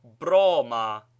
broma